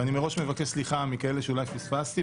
ואני מראש מבקש סליחה מכאלה שאולי פספסתי,